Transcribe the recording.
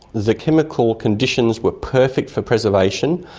the chemical conditions were perfect for preservation.